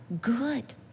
good